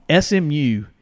SMU